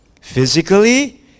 physically